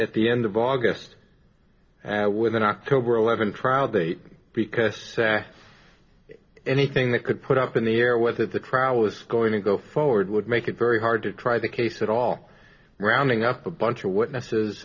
at the end of august with an october eleventh trial date because anything that could put up in the air was that the crowd was going to go forward would make it very hard to try the case at all rounding up a bunch of witnesses